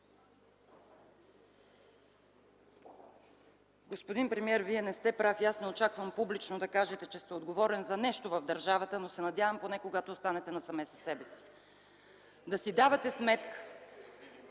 Господин премиер, Вие не сте прав и аз не очаквам публично да кажете, че сте отговорен за нещо в държавата, но се надявам поне когато останете насаме със себе си да си давате сметка,